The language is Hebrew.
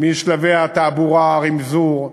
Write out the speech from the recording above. משלבי התעבורה, רמזור,